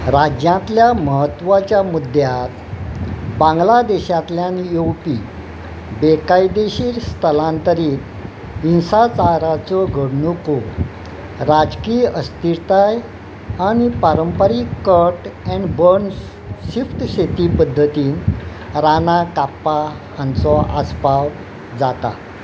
राज्यांतल्या म्हत्वाच्या मुद्द्यात बांग्लादेशांतल्यान येवपी बेकायदेशीर स्थलांतरीत हिंसाचाराच्यो घडणुको राजकीय अस्थिरताय आनी पारंपारीक कट एंड बाँड्स शिफ्ट शेती पद्दतीन रानां कापपा हांचो आस्पाव जाता